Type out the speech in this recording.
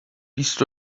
بیست